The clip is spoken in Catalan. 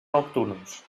nocturns